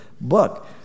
book